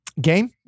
game